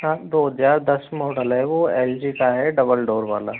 हाँ दो हज़ार दस मॉडल है वो एल जी का है डबल डोर वाला